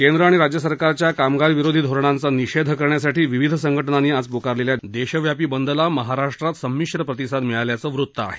केंद्र आणि राज्य सरकारच्या कामगारविरोधी धोरणाचा निषेध करण्यासाठी विविध संघटनांनी आज पुकारलेल्या देशव्यापी बंदला महाराष्ट्र संमिश्र प्रतिसाद मिळाल्याचं वृत्त आहे